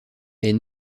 est